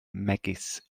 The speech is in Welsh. megis